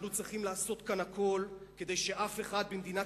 אנחנו צריכים לעשות כאן הכול כדי שאף אחד במדינת